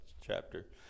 chapter